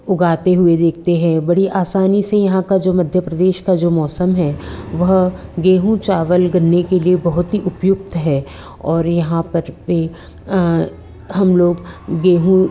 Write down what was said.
उगाते हुए देखते हैं बड़ी आसानी से यहाँ का जो मध्य प्रदेश का जो मौसम है वह गेहूँ चावल गन्ने के लिए बहुत ही उप्युक्त है और यहाँ पच पे हम लोग गेहूँ